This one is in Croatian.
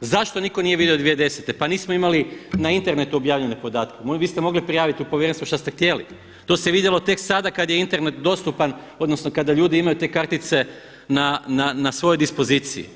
zašto nitko nije vidio 2010.? pa nismo imali na internetu objavljene podatke, vi ste mogli prijaviti u povjerenstvu šta ste htjeli, to se vidjelo tek sada kada je Internet dostupan odnosno kada ljudi imaju te kartice na svojoj dispoziciji.